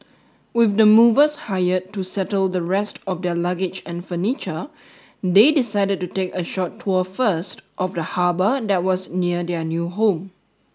with the movers hired to settle the rest of their luggage and furniture they decided to take a short tour first of the harbour that was near their new home